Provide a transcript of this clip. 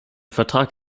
vertrag